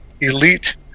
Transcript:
Elite